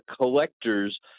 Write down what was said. collectors